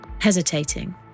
Hesitating